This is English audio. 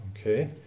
Okay